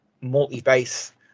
multi-base